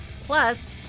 Plus